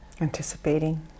Anticipating